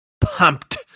pumped